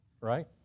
right